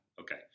okay